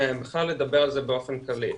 אוכל לדבר על זה באופן כללי.